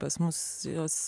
pas mus jos